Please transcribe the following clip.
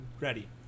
ready